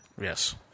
Yes